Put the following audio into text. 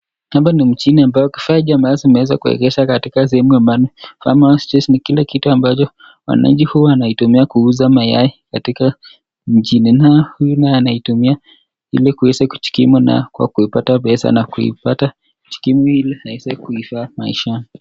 Hapa ni mjini ambapo kifaa kimeweza kuegeshwa mahali ambapo kama kila kitu ambacho wananchi huu wanatumia kuuza mayai katika mjini naye huyu anaitumia ili kuweza kujikimu na kupata pesa na kuipata jukumu ile aweze kufaa maishani.